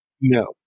No